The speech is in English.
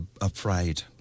afraid